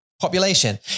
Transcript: Population